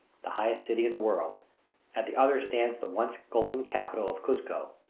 the highest city in the world at the other stands the once golden capital of cuzco.